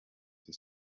his